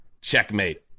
Checkmate